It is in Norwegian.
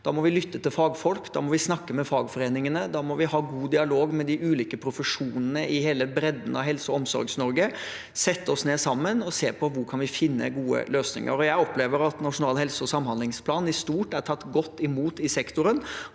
Da må vi lytte til fagfolkene. Da må vi snakke med fagforeningene. Da må vi ha god dialog med de ulike profesjonene i hele bredden av Helse- og omsorgs-Norge, sette oss ned sammen og se på hvor vi kan finne gode løsninger. Jeg opplever at Nasjonal helse- og samhandlingsplan i stort er tatt godt imot i sektoren,